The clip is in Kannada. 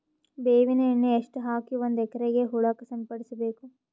ಬೇವಿನ ಎಣ್ಣೆ ಎಷ್ಟು ಹಾಕಿ ಒಂದ ಎಕರೆಗೆ ಹೊಳಕ್ಕ ಸಿಂಪಡಸಬೇಕು?